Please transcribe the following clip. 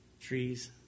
trees